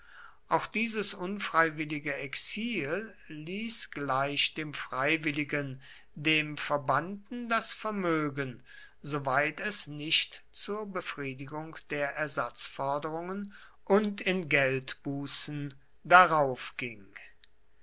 auch dieses unfreiwillige exil ließ gleich dem freiwilligen dem verbannten das vermögen soweit es nicht zur befriedigung der ersatzforderungen und in geldbußen daraufging im